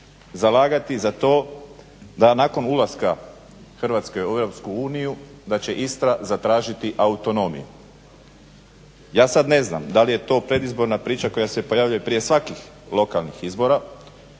zalagati za to da nakon ulaska Hrvatske u Europsku uniju da će Istra zatražiti autonomiju. Ja sad ne znam da li je to predizborna priča koja se pojavljuje prije svakih lokalnih izbora